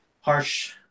harsh